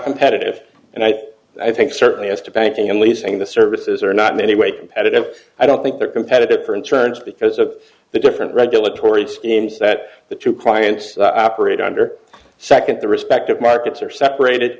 competitive and i think i think certainly as to banking and leasing the services are not many way competitive i don't think they're competitive for internal because of the different regulatory schemes that the two clients operate under second the respective markets are separated